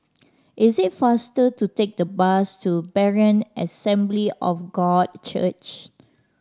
it is faster to take the bus to Berean Assembly of God Church